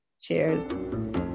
Cheers